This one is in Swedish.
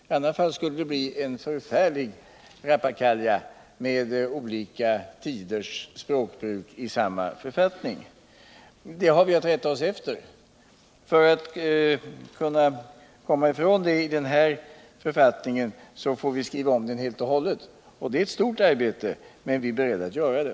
I annat fall skulle det bli en förfärlig rappakalja med olika tiders språkbruk i samma författning. Detta är vad vi har att rätta oss efter. För att kunna komma ifrån det i fråga om förordningen angående yrkesmässig automobiltrafik får vi skriva om den helt och hållet. Det är ett stort arbete, men vi är beredda att göra det.